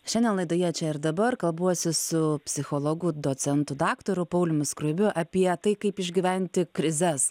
šiandien laidoje čia ir dabar kalbuosi su psichologu docentu daktaru pauliumi skruibiu apie tai kaip išgyventi krizes